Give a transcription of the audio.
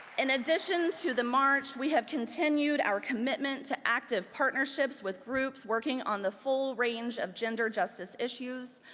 in addition to the march, we have continued our commitment to active partnerships with groups working on the full range of gender justice issues.